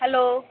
hello